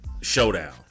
showdown